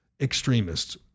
extremists